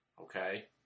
okay